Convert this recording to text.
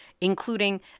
including